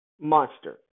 monster